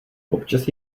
občas